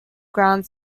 ground